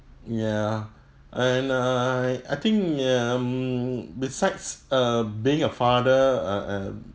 ya and err I think ya um besides uh being a father uh uh